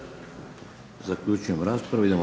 Zaključujem raspravu.